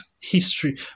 history